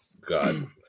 God